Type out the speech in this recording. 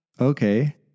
Okay